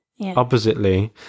oppositely